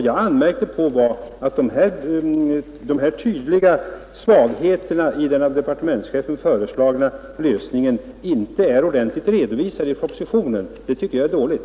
Jag anmärkte på att de här tydliga svagheterna i den av departementschefen föreslagna lösningen inte är ordentligt redovisade i propositionen. Det tycker jag är dåligt.